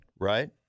right